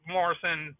Morrison